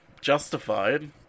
justified